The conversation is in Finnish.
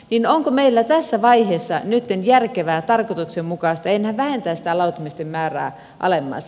onko meillä tässä vaiheessa nytten järkevää tarkoituksenmukaista enää vähentää sitä lautamiesten määrää alemmas